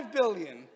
billion